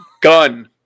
Gun